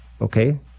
Okay